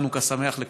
חנוכה שמח לכולנו.